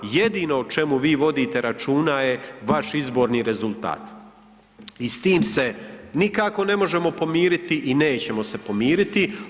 Jedino o čemu vi vodite računa je vaš izborni rezultat i s tim se nikako ne možemo pomiriti i nećemo se pomiriti.